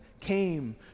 came